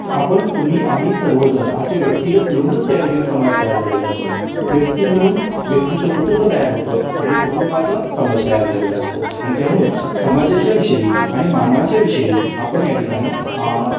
तर आपण तुम्ही आम्ही सर्वजण असे व्यक्तिगत मिळूनच त्या ठिकाणी समाज तयार झालेला असतो व्यक्ती मिळून व्यक्तीचं कुटुंब तयार होतं आणि कुटुंबाचा समाज तयार झालेला असतो आणि त्यामुळं समाजाच्या विषयी आणि मानवाच्याविषयी आपण या ठिकाणी